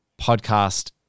podcast